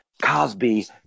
Cosby